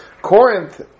Corinth